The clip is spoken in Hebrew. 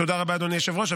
תודה רבה, אדוני היושב-ראש.